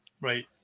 right